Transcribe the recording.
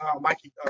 mikey